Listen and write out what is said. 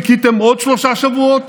חיכיתם עוד שלושה שבועות.